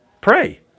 pray